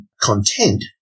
content